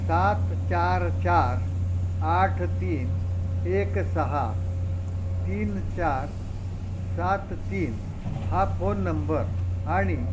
सात चार चार आठ तीन एक सहा तीन चार सात तीन हा फोन नंबर आणि